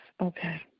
Okay